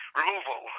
removal